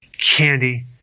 candy